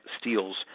steals